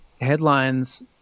headlines